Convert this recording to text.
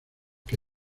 que